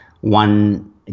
one